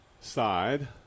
side